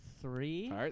three